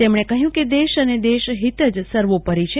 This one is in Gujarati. તેમણે કહ્યું કે દેશ અને દેશ હિત જ સર્વોપરી છે